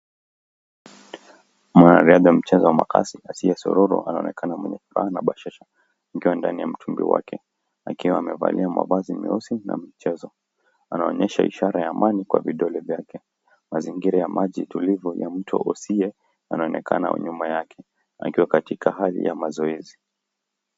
Mwanariadha mchezo wa makasi na Sio Sororo anaonekana mwenye furaha na bashasha akiwa ndani ya mtumbwi wake akiwa amevalia mavazi meusi na mchezo. Anaonyesha ishara ya amani kwa vidole vyake. Mazingira ya maji tulivu ya mto Osie anaonekana nyuma yake akiwa katika hali ya mazoezi.